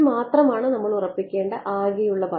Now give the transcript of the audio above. മാത്രമാണ് നമ്മൾ ഉറപ്പിക്കേണ്ട ആകെയുള്ള പദം